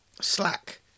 Slack